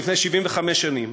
לפני 75 שנים,